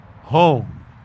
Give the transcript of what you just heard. home